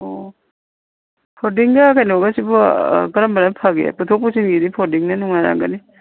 ꯑꯣ ꯐꯣꯜꯗꯤꯡꯒ ꯀꯩꯅꯣꯒꯁꯤꯕꯨ ꯀꯔꯝꯕꯅ ꯐꯒꯦ ꯄꯨꯊꯣꯛ ꯄꯨꯁꯤꯟꯒꯤꯗꯤ ꯐꯣꯜꯗꯤꯡꯅ ꯅꯨꯡꯉꯥꯏꯔꯝꯒꯅꯤ